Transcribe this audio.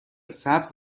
سبز